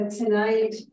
tonight